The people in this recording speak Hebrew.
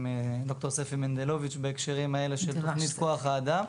עם ד"ר ספי מנדלוביץ' בהקשרים האלה של תוכנית כוח האדם.